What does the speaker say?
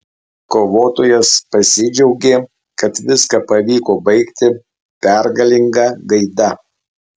kovotojas pasidžiaugė kad viską pavyko baigti pergalinga gaida